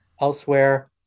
elsewhere